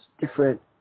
different